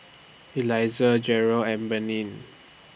Eliezer Jerel and Breanne